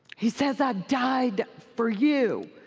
he says i died for you.